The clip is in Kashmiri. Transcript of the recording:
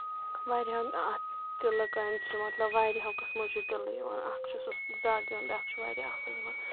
واریاہَن اَتھ تِلہٕ کامہِ چھِ مطلب واریاہو قٕسمو چھُ تِلہٕ یِوان اکھ چھُ سُہ زگ یِوان بیٛاکھ چھُ واریاہ اَصٕل یِوان